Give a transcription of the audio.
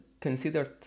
considered